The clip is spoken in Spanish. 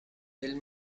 del